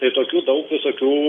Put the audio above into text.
tai tokių daug visokių